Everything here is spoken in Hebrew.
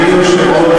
אל תכניסי לי מילים לפה.